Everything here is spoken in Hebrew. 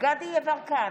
דסטה גדי יברקן,